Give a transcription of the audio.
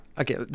Okay